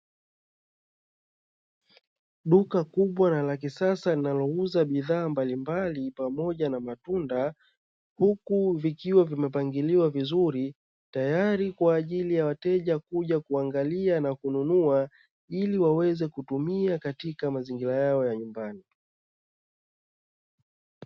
Duka kubwa na la kisasa linalouza bidhaa mbalimbali pamoja na matunda huku vikiwa vimepangiliwa vizuri, tayari kwa ajili ya wateja kuja kuangalia na kununua ili waweze kutumia katika mazingira yao ya nyumbani.